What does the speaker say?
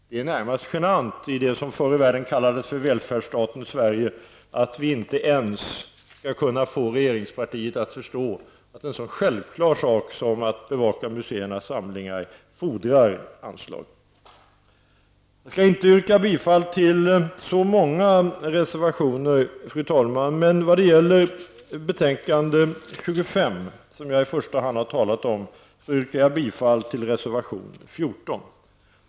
Det är närmast genant att vi i det som förr i världen kallades välfärdsstaten Sverige inte ens skall kunna få regeringspartiet att förstå att en sådan sjävklar sak som att bevaka museernas samlingar fordrar anslag. Fru talman! Jag skall inte yrka bifall till så många reservationer. Men vad gäller betänkande 25, som jag i första hand har talat om, yrkar jag bifall till reservation 14.